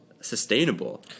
sustainable